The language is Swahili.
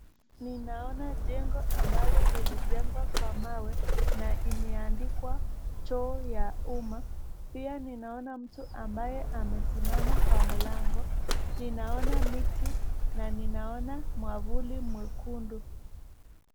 Ninaona jengo ambalo lilijengwa kwa mawe na imeandikwa choo ya umma pia ninaona mtu ambaye amesimama kwa mlango. Ninaona mti na ninaona mwavuli mwekundu.